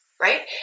right